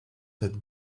that